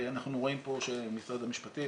אנחנו רואים פה שמשרד המשפטים,